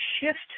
shift